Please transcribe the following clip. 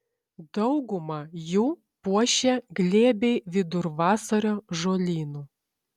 daugumą jų puošia glėbiai vidurvasario žolynų